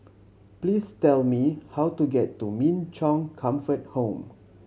please tell me how to get to Min Chong Comfort Home